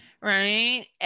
right